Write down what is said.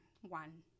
one